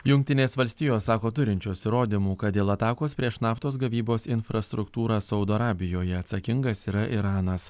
jungtinės valstijos sako turinčios įrodymų kad dėl atakos prieš naftos gavybos infrastruktūrą saudo arabijoje atsakingas yra iranas